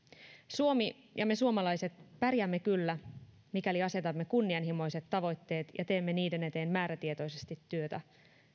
suomi ja me suomalaiset pärjäämme kyllä mikäli asetamme kunnianhimoiset tavoitteet ja teemme niiden eteen määrätietoisesti työtä